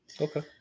Okay